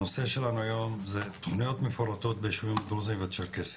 הנושא שלנו היום זה תוכניות מפורטות בישובים הדרוזים והצ'רקסים.